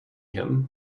him